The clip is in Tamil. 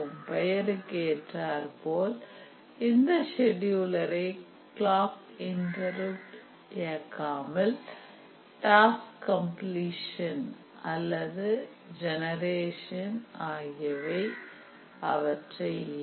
பெயருக்கு ஏற்றார் போல இந்த செடியுலரை க்ளாக் இன்டருப்ட் இயக்காமல் டாஸ்க் கம்பிலேஷன் அல்லது ஜெனரேஷன் அவற்றை இயக்கும்